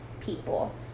people